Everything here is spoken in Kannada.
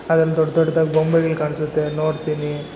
ಅದನ್ನು ದೊಡ್ಡ ದೊಡ್ದಾಗಿ ಗೊಂಬೆಗಳು ಕಾಣಿಸತ್ತೆ ನೋಡ್ತೀನಿ